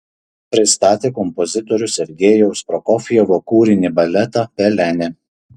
pristatė kompozitorių sergejaus prokofjevo kūrinį baletą pelenė